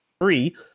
Three